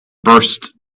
burst